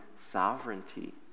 sovereignty